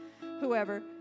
whoever